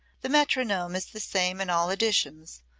the metronome is the same in all editions,